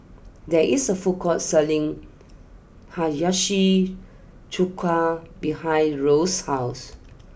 there is a food court selling Hiyashi Chuka behind Rose's house